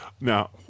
Now